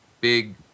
big